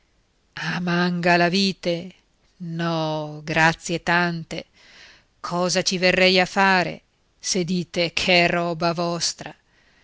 stomaco a mangalavite no grazie tante cosa ci verrei a fare se dite che è roba vostra